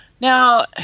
Now